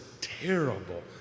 terrible